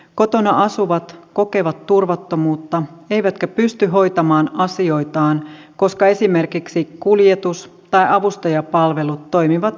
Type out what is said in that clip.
kotona asuvat kokevat turvattomuutta eivätkä pysty hoitamaan asioitaan koska esimerkiksi kuljetus tai avustajapalvelut toimivat heikosti